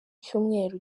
cyumweru